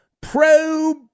Pro